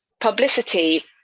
publicity